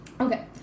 okay